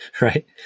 Right